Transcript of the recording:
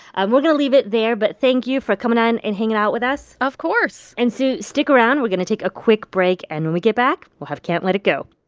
um we're going to leave it there, but thank you for coming on and hanging out with us of course and, sue, stick around. we're going to take a quick break. and when we get back, we'll have can't let it go